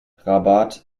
rabat